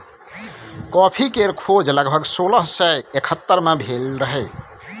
coffee केर खोज लगभग सोलह सय एकहत्तर मे भेल रहई